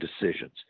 decisions